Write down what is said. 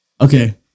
okay